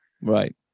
right